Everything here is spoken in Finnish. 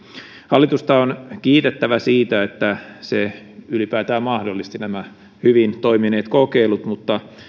hallitusta on kiitettävä siitä että se ylipäätään mahdollisti nämä hyvin toimineet kokeilut mutta